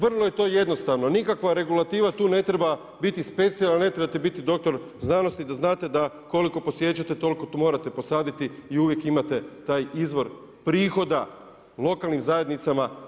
Vrlo je to jednostavno nikakva regulativa tu ne treba biti specijalna, ne trebate biti doktor znanosti da znate da koliko posiječete toliko morate posaditi i uvijek imate taj izvor prihoda lokalnim zajednicama.